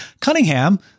Cunningham